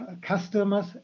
customers